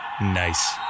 Nice